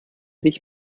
dich